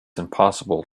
impossible